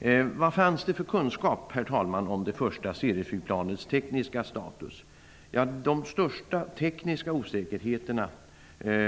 Herr talman! Vilka kunskaper fanns om det första serieflygplanets tekniska status? De största tekniska osäkerheterna